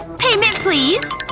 payment please